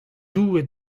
doue